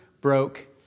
broke